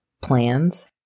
plans